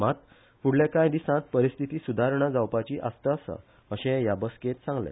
मात फूडल्या काय दिसात परिस्थितीत सुदारणा जावपाची आस्त आसा अशे ह्या बसकेत सांगले